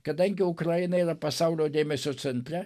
kadangi ukraina yra pasaulio dėmesio centre